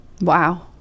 Wow